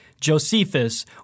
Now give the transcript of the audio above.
Josephus